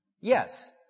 Yes